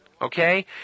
okay